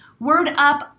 WordUp